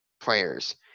players